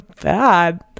bad